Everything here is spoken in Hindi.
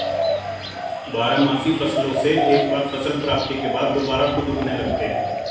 बारहमासी फसलों से एक बार फसल प्राप्ति के बाद दुबारा खुद उगने लगते हैं